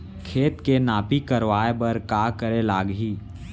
खेत के नापी करवाये बर का करे लागही?